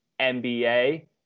NBA